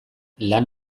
lan